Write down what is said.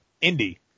Indy